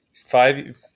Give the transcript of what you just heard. five